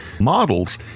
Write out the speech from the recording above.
models